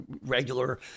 regular